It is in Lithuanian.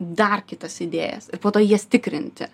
dar kitas idėjas ir po to jas tikrinti